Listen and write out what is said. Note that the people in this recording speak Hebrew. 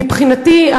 מבחינתי,